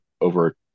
over